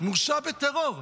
מורשע בטרור.